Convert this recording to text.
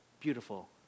Beautiful